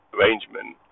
arrangement